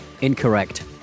Incorrect